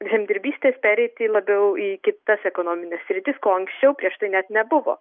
žemdirbystės pereiti labiau į kitas ekonomines sritis ko anksčiau prieš tai net nebuvo